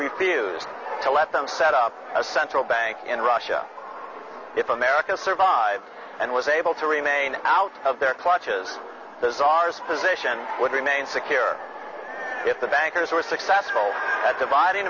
refused to let them set up a central bank in russia if america survived and was able to remain out of their clutches his arse position would remain secure if the bankers were successful at